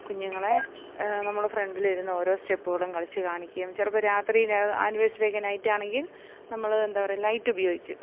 കുഞ്ഞുങ്ങളെ നമ്മൾ ഫ്രണ്ടിലിരുന്ന് ഓരോ സ്റ്റെപ്പുകളും കളിച്ച് കാണിക്കുകയും ചിലപ്പം രാത്രി ആനിവേഴ്സറിയൊക്കെ നൈറ്റ് ആണെങ്കിൽ നമ്മൾ എന്താ പറയുക ലൈറ്റ് ഉപയോഗിച്ച്